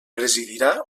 presidirà